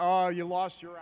oh you lost your